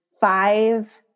five